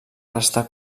restar